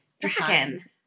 dragon